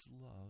love